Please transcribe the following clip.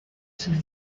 sus